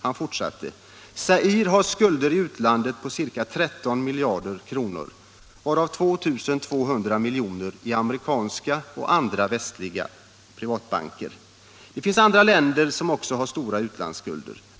Han fortsatte: ”Zaire har skulder i utlandet på ca 13 miljarder kronor, varav 2 200 miljoner till amerikanska och andra västliga privatbanker. Det finns andra länder som också har stora utlandsskulder.